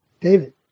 David